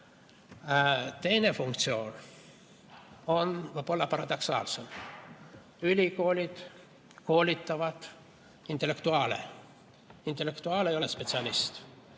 Teine funktsioon on võib-olla paradoksaalsem: ülikoolid koolitavad intellektuaale. Intellektuaal ei ole spetsialist.